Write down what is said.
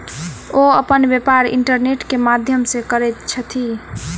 ओ अपन व्यापार इंटरनेट के माध्यम से करैत छथि